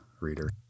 reader